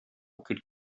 could